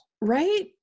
Right